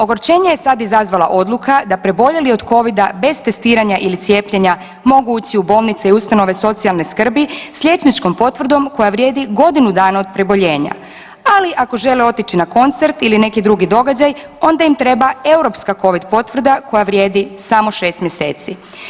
Ogorčenje je sad izazvala odluka da preboljeli od Covida bez testiranja ili cijepljenja mogu ući u bolnice i ustanove socijalne skrbi s liječničkom potvrdom koja vrijedi godinu dana od preboljenja, ali ako žele otići na koncert ili neki drugi događaj onda im treba europska Covid potvrda koja vrijedi samo 6 mjeseci.